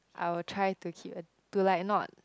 I will try to keep to like not